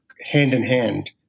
hand-in-hand